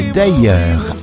D'ailleurs